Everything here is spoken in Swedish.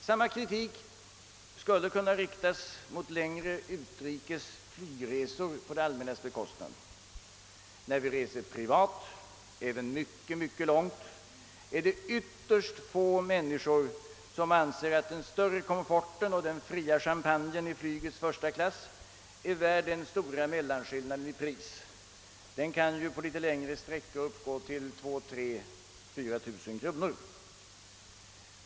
Samma kritik skulle kunna riktas mot längre utrikes flygresor på det allmännas bekostnad. När vi reser privat är det — även om det är fråga om mycket långa flygresor — ytterst få som anser att den större komforten och den fria champagnen i flygets första klass är värd den stora mellanskillnaden i pris. Den kan ju på litet längre sträckor uppgå till 2 000, 3 000 t.o.m. 4 000 kronor.